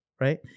Right